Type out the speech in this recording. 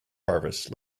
harvest